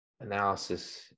analysis